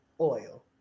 oil